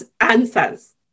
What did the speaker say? answers